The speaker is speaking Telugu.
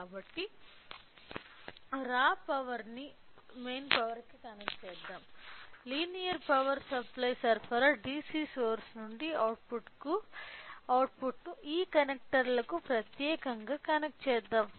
కాబట్టి రా పవర్ ని మెయిన్ పవర్ కి కనెక్ట్ చేద్దాం లినియర్ పవర్ సప్లై సరఫరా DC సోర్స్ నుండి అవుట్పుట్ను ఈ కనెక్టర్లకు ప్రత్యేకంగా కనెక్ట్ చేద్దాం